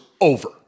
over